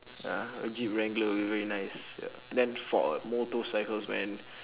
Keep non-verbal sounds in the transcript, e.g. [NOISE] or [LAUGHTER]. ya a jeep wrangler would be very nice ya then for motorcycle man [BREATH]